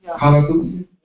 Hallelujah